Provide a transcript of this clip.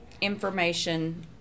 information